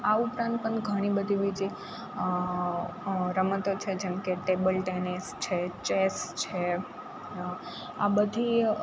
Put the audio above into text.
આ ઉપરાંત પણ ઘણી બધી બીજી રમતો છે જેમકે ટેબલ ટેનિસ છે ચેસ છે આ બધી